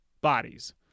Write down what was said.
bodies